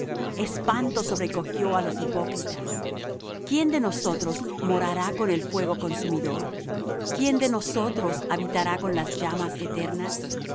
espanto sobrecogió á los hipócritas quién de nosotros morará con el fuego consumidor quién de nosotros habitará con las llamas eternas